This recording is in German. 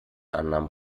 annahmen